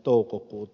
toukokuuta